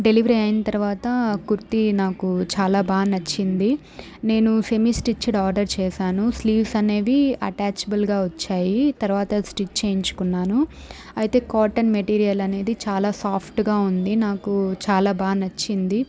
delivery అయిన తర్వాత కుర్తి నాకు చాలా బాగా నచ్చింది నేను సెమీ స్టిచ్డ్ ఆర్డర్ చేసాను స్లీవ్స్ అనేవి అటాచ్బుల్గా వచ్చాయి తర్వాత స్టిచ్ చేయించుకున్నాను అయితే కాటన్ మెటీరియల్ అనేది చాలా సాఫ్ట్గా ఉంది నాకు చాలా బాగా నచ్చింది